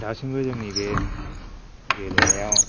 दासिमबो जोंनि बे गेलेनायाव